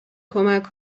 کمک